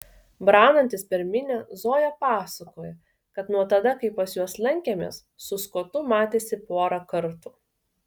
braunantis per minią zoja pasakoja kad nuo tada kai pas juos lankėmės su skotu matėsi porą kartų